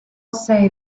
say